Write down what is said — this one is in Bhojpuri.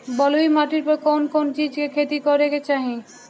बलुई माटी पर कउन कउन चिज के खेती करे के चाही?